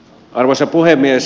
arvoisa puhemies